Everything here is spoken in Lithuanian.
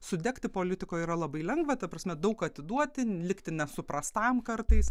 sudegti politikoj yra labai lengva ta prasme daug atiduoti likti nesuprastam kartais